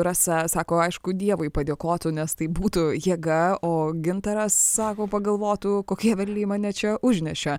rasa sako aišku dievui padėkotų nes tai būtų jėga o gintaras sako pagalvotų kokie velniai mane čia užnešė